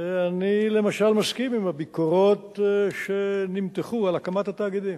אני למשל מסכים עם הביקורות שנמתחו על הקמת התאגידים.